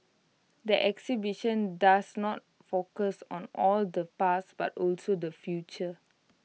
the exhibition does not focus on or the past but also the future